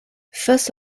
first